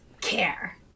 care